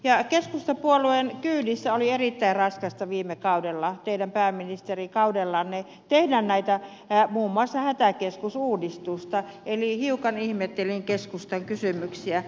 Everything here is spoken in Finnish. keskustapuolueen kyydissä oli erittäin raskasta viime kaudella teidän pääministerikaudellanne tehdä muun muassa hätäkeskusuudistusta eli hiukan ihmettelin keskustan kysymyksiä